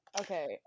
Okay